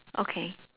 okay